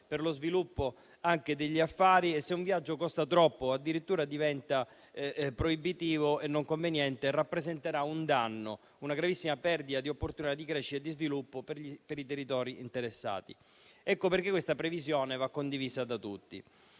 per lo sviluppo degli affari e, se un viaggio costa troppo o addirittura diventa proibitivo e non conveniente, rappresenterà un danno, una gravissima perdita di opportunità di crescita e sviluppo per i territori interessati. Ecco perché tale previsione va condivisa da tutti.